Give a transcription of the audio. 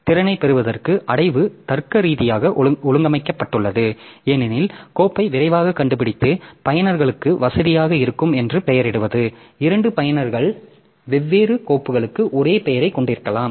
திறனைப் பெறுவதற்கு அடைவு தர்க்கரீதியாக ஒழுங்கமைக்கப்பட்டுள்ளது ஏனெனில் கோப்பை விரைவாக கண்டுபிடித்து பயனர்களுக்கு வசதியாக இருக்கும் என்று பெயரிடுவது இரண்டு பயனர்கள் வெவ்வேறு கோப்புகளுக்கு ஒரே பெயரைக் கொண்டிருக்கலாம்